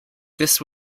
this